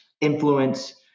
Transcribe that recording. influence